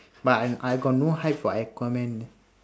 but I I got no hype for aquaman